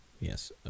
Yes